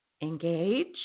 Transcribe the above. engage